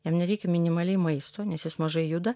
jam nereikia minimaliai maisto nes jis mažai juda